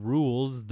Rules